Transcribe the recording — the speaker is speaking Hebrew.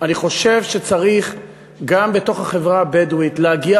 אני חושב שצריך גם בתוך החברה הבדואית להגיע